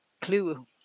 clue